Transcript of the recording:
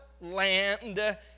land